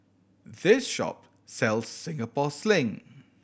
this shop sells Singapore Sling